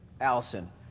Allison